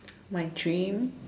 my dream